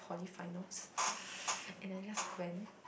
poly finals and I just went